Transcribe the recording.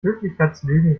höflichkeitslügen